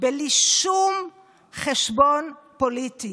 בלי שום חשבון פוליטי.